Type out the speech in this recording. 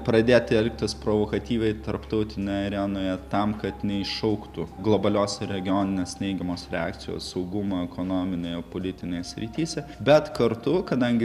pradėti telktis provokatyviai tarptautinėj arenoje tam kad neiššauktų globalios regioninės neigiamos reakcijos saugumo ekonominėje politinėje srityse bet kartu kadangi